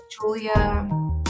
Julia